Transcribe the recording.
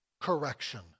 correction